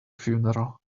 funeral